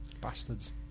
Bastards